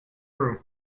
broom